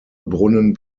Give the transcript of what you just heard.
brunnen